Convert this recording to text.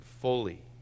fully